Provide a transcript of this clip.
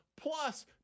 plus